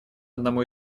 одному